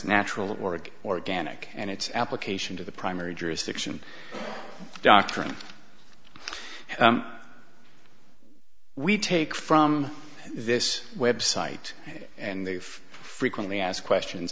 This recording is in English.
natural or organic and its application to the primary jurisdiction doctrine we take from this website and if frequently asked questions